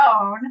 own